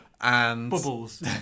Bubbles